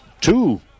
two